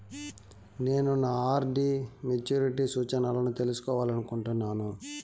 నేను నా RD maturity సూచనలను తెలుసుకోవాలనుకుంటున్నాను